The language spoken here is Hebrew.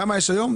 כמה יש היום?